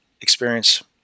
experience